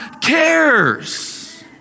cares